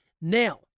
Now